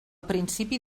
principi